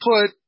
put